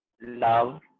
love